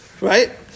Right